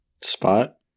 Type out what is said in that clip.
Spot